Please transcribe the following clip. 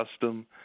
custom